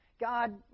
God